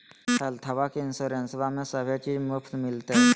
हेल्थबा के इंसोरेंसबा में सभे चीज मुफ्त मिलते?